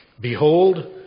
Behold